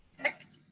hecht.